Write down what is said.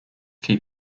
keep